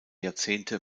jahrzehnte